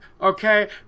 okay